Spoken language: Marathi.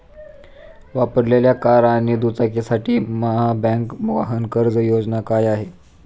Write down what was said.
वापरलेल्या कार आणि दुचाकीसाठी महाबँक वाहन कर्ज योजना काय आहे?